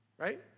right